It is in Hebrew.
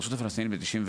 הרשות הפלסטינית ב-1994,